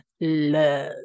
love